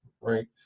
Right